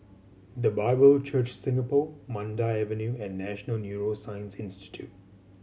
The Bible Church Singapore Mandai Avenue and National Neuroscience Institute